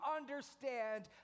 understand